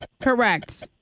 Correct